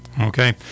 Okay